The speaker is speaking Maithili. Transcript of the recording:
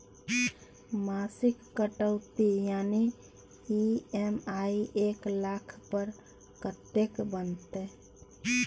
मासिक कटौती यानी ई.एम.आई एक लाख पर कत्ते के बनते?